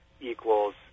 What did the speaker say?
equals